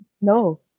No